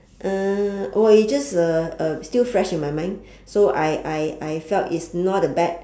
uh well it just uh uh still fresh in my mind so I I I felt it's not a bad